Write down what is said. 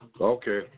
Okay